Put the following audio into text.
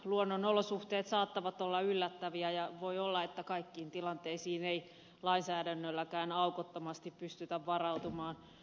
luonnonolosuhteet saattavat olla yllättäviä ja voi olla että kaikkiin tilanteisiin ei lainsäädännölläkään aukottomasti pystytä varautumaan